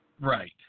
Right